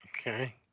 Okay